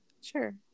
sure